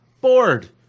bored